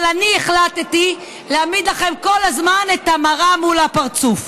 אבל אני החלטתי להעמיד לכם כל הזמן את המראה מול הפרצוף,